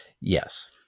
Yes